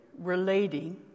relating